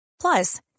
Plus